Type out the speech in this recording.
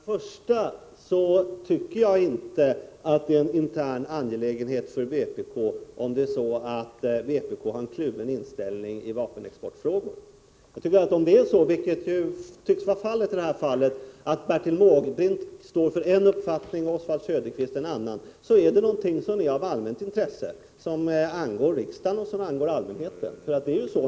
Fru talman! Vi tycker inte att det är en intern angelägenhet för vpk, om vpk har en kluven inställning i vapenexportfrågor. Om det är så, vilket det tycks vara i det här fallet, att Bertil Måbrink står för en uppfattning och Oswald Söderqvist för en annan, så är det någonting som är av allmänt intresse, som angår riksdagen och som angår allmänheten.